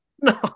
No